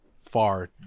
far